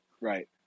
Right